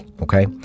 okay